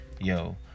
yo